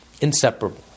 Inseparable